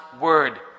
word